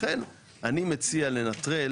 לכן אני מציע לנטרל